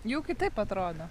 jau kitaip atrodo